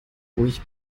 ruhig